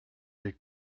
les